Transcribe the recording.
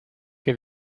que